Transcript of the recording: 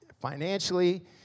financially